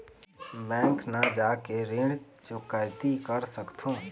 Bank न जाके भी ऋण चुकैती कर सकथों?